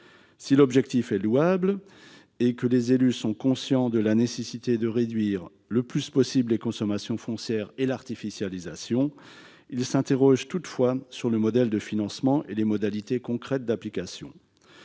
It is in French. L'objectif est certes louable et les élus sont conscients de la nécessité de réduire le plus possible les consommations foncières et l'artificialisation ; toutefois, ils s'interrogent sur le modèle de financement et les modalités concrètes d'application